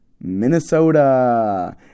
Minnesota